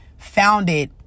founded